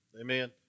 Amen